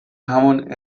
همان